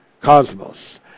cosmos